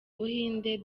buhinde